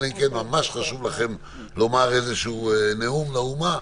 אלא אם כן ממש חשוב לכם לומר איזה נאום לאומה,